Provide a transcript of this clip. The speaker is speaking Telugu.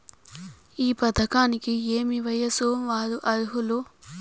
ఈ పథకానికి ఏయే వయస్సు వారు అర్హులు?